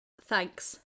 thanks